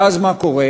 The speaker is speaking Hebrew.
ואז מה קורה?